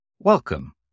Welcome